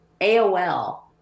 AOL